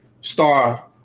star